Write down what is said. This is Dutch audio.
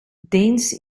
deens